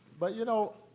but, you know,